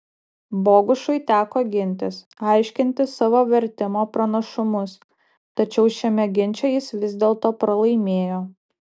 bogušui teko gintis aiškinti savo vertimo pranašumus tačiau šiame ginče jis vis dėlto pralaimėjo